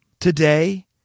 Today